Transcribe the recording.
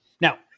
Now